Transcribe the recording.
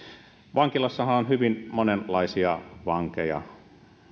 vankilassahan on hyvin monenlaisia vankeja